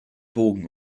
bogen